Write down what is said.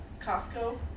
Costco